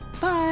Bye